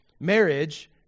marriage